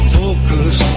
focus